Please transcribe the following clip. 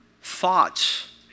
thoughts